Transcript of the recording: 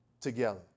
together